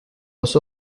los